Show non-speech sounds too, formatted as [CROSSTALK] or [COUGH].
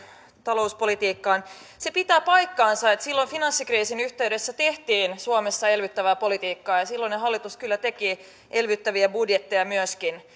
talouspolitiikkaan se pitää paikkansa että silloin finanssikriisin yhteydessä tehtiin suomessa elvyttävää politiikkaa ja silloinen hallitus kyllä teki elvyttäviä budjetteja myöskin [UNINTELLIGIBLE]